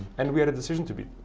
and we had a decision to